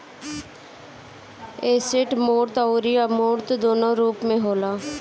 asset मूर्त अउरी अमूर्त दूनो रूप में होला